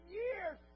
years